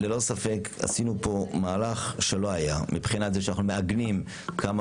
ללא ספק עשינו פה מהלך שלא היה מבחינת זה שאנחנו מעגנים כמה